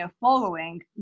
following